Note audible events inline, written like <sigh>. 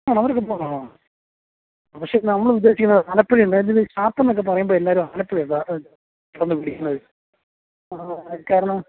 <unintelligible> പക്ഷേ നമ്മൾ ഉദ്ദേശിക്കുന്നത് ആലപ്പുഴയല്ല <unintelligible> ഷാപ്പ് എന്നൊക്കെ പറയുമ്പോൾ എല്ലാവരും ആലപ്പുഴയാണ് <unintelligible> കാരണം